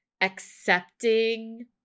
accepting